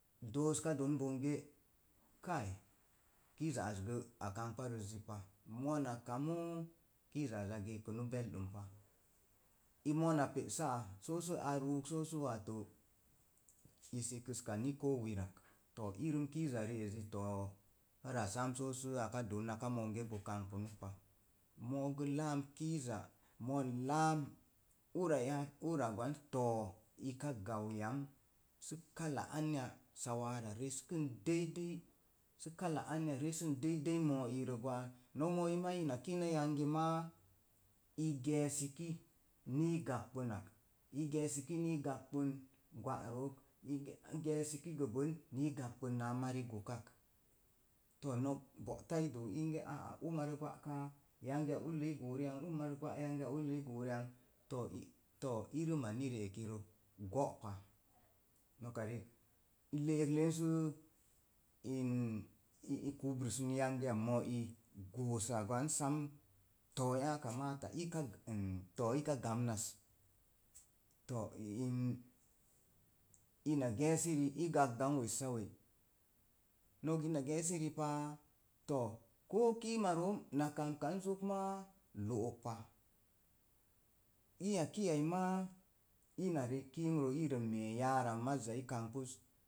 Dooska don bonge, kai, kiiza az gə a kangba rəzzi pa, mona kamu, kiiza az a geekunu beldən pa, i mona pe’ sa'a, so sə a ruuk so sə wato i sikəska ni wirak. Too irəm kiiza rii ezit oo ara sam sə aka doon monge bo kangbu nuk pa. Mooge laam kiiza monlaam uraya ura gwan too ika gan ya sə kala anya, sawara reskən deidei sə kala anya reʃan dei dei mo irə gwa'an. Nok mo ii maa ina kinə yangi maa i geesəki nii gagbu nak. I geesəki nii gagbən gwa'rook sə gəbən nii gagbən naa mari gokak. Too nok boꞌta i doo inge aa una rə gwa kaa, yangi ya ulləi i goo ri'ang, umarə gwa yangiya ulləi goo riang. Too, urəm a ni ri eki gə go'pa. Noka rik, i le'ek len sə in ii kubrəsən yangi mɔii goosa gwan san too yakamata ika g n too yakamata ika gamnas. Too in ina geesi ri, i gagon wessawe. Nok ina gee si ripaa, too koo kiima room na kamkan zok maa lo'ok pa. Iya ki ai maa, ina rek kiimrə, irə mee yaara maz i kan gbəz